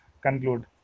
conclude